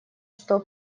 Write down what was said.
что